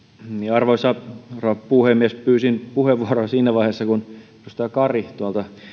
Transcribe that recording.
arvoisa rouva puhemies pyysin puheenvuoroa siinä vaiheessa kun edustaja kari tuolta